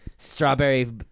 Strawberry